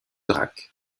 drac